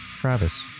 Travis